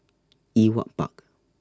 Ewart Park